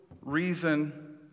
reason